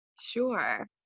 Sure